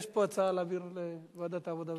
יש פה הצעה להעביר לוועדת העבודה והרווחה.